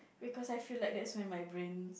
because I feel like that's when my brain